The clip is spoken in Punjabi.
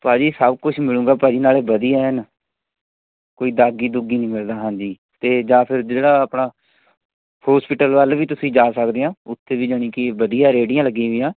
ਭਾਅ ਜੀ ਸਭ ਕੁਛ ਮਿਲੇਗਾ ਭਾਅ ਜੀ ਨਾਲੇ ਵਧੀਆ ਐਨ ਕੋਈ ਦਾਗੀ ਦੁੱਗੀ ਨਹੀਂ ਮਿਲਦਾ ਹਾਂਜੀ ਅਤੇ ਜਾਂ ਫਿਰ ਜਿਹੜਾ ਆਪਣਾ ਹੋਸਪੀਟਲ ਵੱਲ ਵੀ ਤੁਸੀਂ ਜਾ ਸਕਦੇ ਹਾਂ ਉੱਥੇ ਵੀ ਜਾਣੀ ਕੀ ਵਧੀਆ ਰੇਹੜੀਆਂ ਲੱਗੀ ਵੀਆਂ